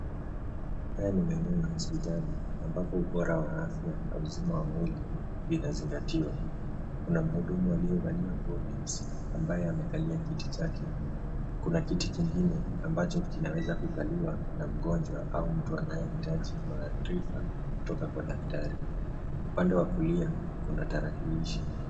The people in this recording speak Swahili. Haya ni maeneo ya hospitali ambapo ubora wa afya na uzima wa mwili vinazingatiwa. Kuna mhudumu aliyevalia nguo nyeusi ambaye amekalia kiti chake. Kuna kiti kingine ambacho kinaweza kukaliwa na mgonjwa au mtu anayehitaji maarifa kutoka kwa dakitari, upande wa kulia kuna tarakilishi.